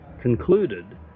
concluded